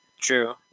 True